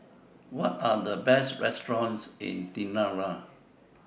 What Are The Best restaurants in Tirana